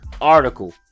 article